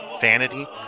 vanity